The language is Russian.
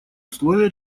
условия